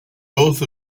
both